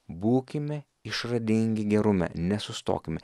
būkime išradingi gerume nesustokime